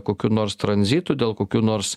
kokių nors tranzitų dėl kokių nors